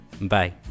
Bye